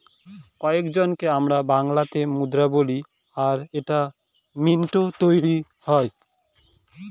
কয়েনকে আমরা বাংলাতে মুদ্রা বলি আর এটা মিন্টৈ তৈরী হয়